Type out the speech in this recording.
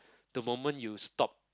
the moment you stop